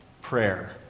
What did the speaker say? prayer